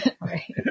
Right